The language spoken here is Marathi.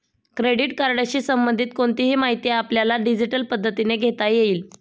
क्रेडिट कार्डशी संबंधित कोणतीही माहिती आपल्याला डिजिटल पद्धतीने घेता येईल